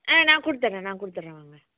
ஆ நான் கொடுத்துட்றேன் நான் கொடுத்துட்றேன் வாங்க